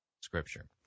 Scripture